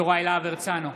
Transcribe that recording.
יוראי להב הרצנו,